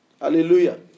Hallelujah